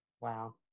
Wow